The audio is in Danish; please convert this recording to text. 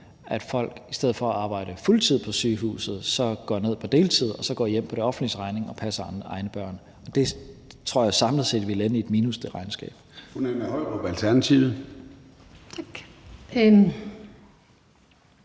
at folk i stedet for at arbejde fuldtid på sygehuset gik ned på deltid og så gik hjemme på det offentliges regning og passede deres egne børn. Det regnskab tror jeg samlet set ville ende i minus. Kl.